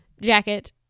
jacket